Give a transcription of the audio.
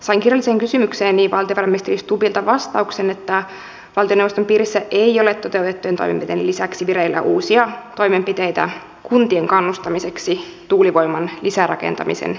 sain kirjalliseen kysymykseeni valtiovarainministeri stubbilta vastauksen että valtioneuvoston piirissä ei ole toteutettujen toimenpiteiden lisäksi vireillä uusia toimenpiteitä kuntien kannustamiseksi tuulivoiman lisärakentamisen edistämiseen